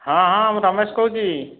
ହଁ ହଁ ମୁଁ ରମେଶ କହୁଛି